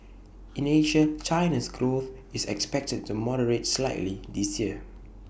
in Asia China's growth is expected to moderate slightly this year